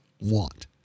want